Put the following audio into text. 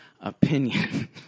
Opinion